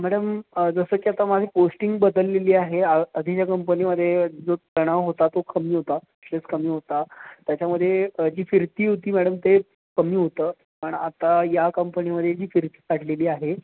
madam जसं की आता माझी पोस्टिंग बदललेली आहे आधीच्या कंपनीमध्ये जो तणाव होता तो कमी होता स्ट्रेस कमी होता त्याच्यामध्ये जी फिरती होती मॅडम ते कमी होतं पण आता या कंपनीमध्ये जी फिरती वाढलेली आहे